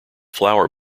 flower